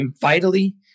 vitally